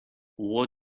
war